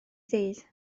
ddydd